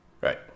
Right